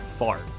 fart